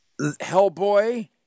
hellboy